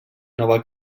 nova